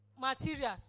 materials